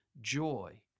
joy